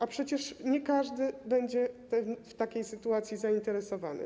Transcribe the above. A przecież nie każdy będzie tym w takiej sytuacji zainteresowany.